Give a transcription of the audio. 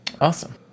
awesome